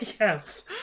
yes